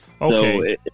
Okay